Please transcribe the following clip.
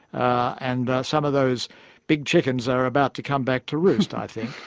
and some of those big chickens are about to come back to roost, i think.